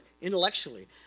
intellectually